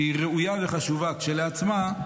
שהיא ראויה וחשובה כשלעצמה,